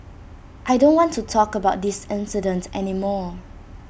I don't want to talk about this incident any more